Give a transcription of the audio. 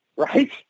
Right